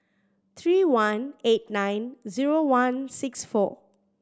three one eight nine zero one six four